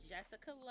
Jessica